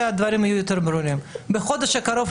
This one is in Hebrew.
(יו"ר ועדת מיזמי תשתית לאומיים מיוחדים ושירותי דת יהודיים): יופי.